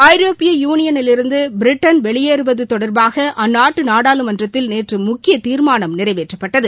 ஐரோப்பிய யுனியனிலிருந்து பிரிட்டன் வெளியேறுவது தொடர்பாக அந்நாட்டு நாடாளுமன்றத்தில் நேற்று முக்கிய தீர்மானம் நிறைவேற்றப்பட்டது